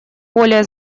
более